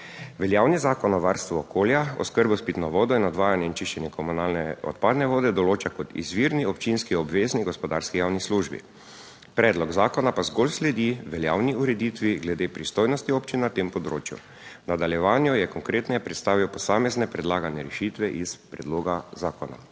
Veljavni zakon o varstvu okolja oskrbo s pitno vodo in odvajanje in čiščenje komunalne odpadne vode določa kot izvirni občinski obvezni gospodarski javni službi, predlog zakona pa zgolj sledi veljavni ureditvi glede pristojnosti občin na tem področju, v nadaljevanju je konkretneje predstavil posamezne predlagane rešitve iz predloga 3.